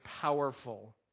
powerful